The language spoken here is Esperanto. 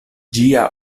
ĝia